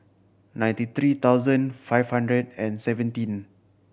ninety three thousand five hundred and seventeen